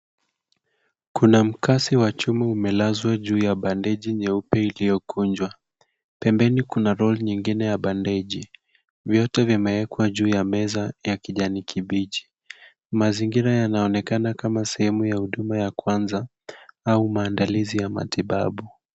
Kuna mkasi wa chuma umelezwa juu ya bandeji nyeupe iliyokunjwa. Pembeni kuna roll nyingine ya bandeji. Vyote vimewekwa juu ya meza ya kijani kibichi. Mazingira yanaonekana kama sehemu ya huduma ya kwanza au maandalizi ya matibabu.